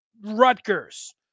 Rutgers